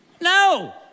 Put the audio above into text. No